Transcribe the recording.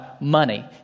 money